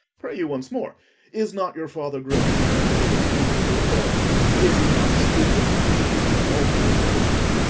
pray you, once more is not your father grown incapable of reasonable affairs? is he not stupid with age and altering rheums?